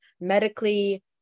medically